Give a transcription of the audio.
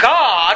God